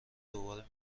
دوباره